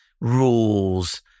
rules